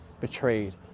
betrayed